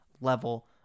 level